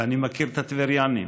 ואני מכיר את הטבריינים.